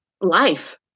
life